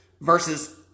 versus